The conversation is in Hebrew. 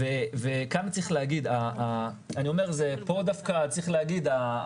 פה דווקא צריך להגיד,